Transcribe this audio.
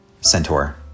Centaur